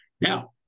Now